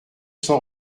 sans